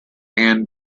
and